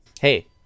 Hey